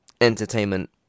entertainment